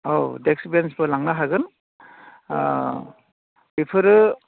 औ डेक्स बेन्सबो लांनो हागोन बेफोरो